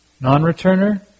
Non-returner